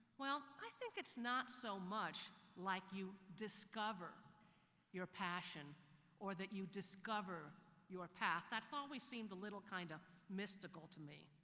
i think it's not so much like you discover your passion or that you discover your path, that's always seemed a little kind of mystical to me.